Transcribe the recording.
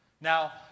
Now